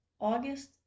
August